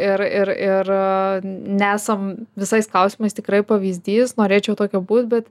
ir ir ir aaa nesam visais klausimais tikrai pavyzdys norėčiau tokia būt bet